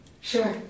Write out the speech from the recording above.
Sure